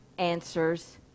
answers